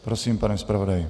Prosím, pane zpravodaji.